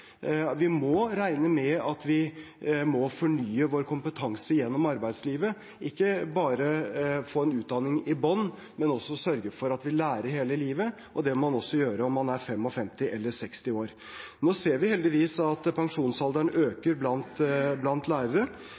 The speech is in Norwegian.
Vi må regne med at vi må fornye vår kompetanse gjennom arbeidslivet – ikke bare få en utdanning i bånn, men også sørge for at vi lærer hele livet. Det må man også gjøre om man er 55 eller 60 år. Nå ser vi heldigvis at pensjonsalderen øker blant lærere.